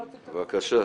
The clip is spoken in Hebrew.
בבקשה.